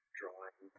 drawing